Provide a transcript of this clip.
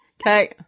Okay